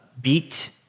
beat